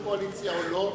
ליושב-ראש הקואליציה או לא.